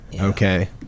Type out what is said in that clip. okay